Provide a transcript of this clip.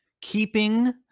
keeping